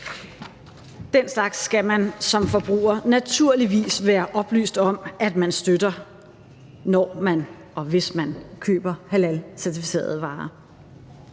Den slags skal man som forbruger naturligvis være oplyst om at man støtter, når eller hvis man køber halalcertificerede varer.